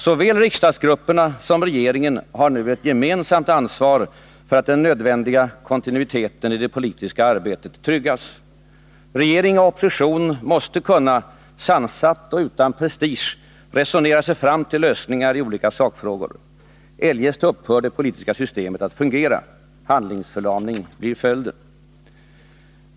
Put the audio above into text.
Såväl riksdagsgrupperna som regeringen har nu ett gemensamt ansvar för att den nödvändiga kontinuiteten i det politiska arbetet tryggas. Regering och opposition måste kunna sansat och utan prestige resonera sig fram till lösningar i olika sakfrågor. Eljest upphör det politiska systemet att fungera. Handlingsförlamning blir följden.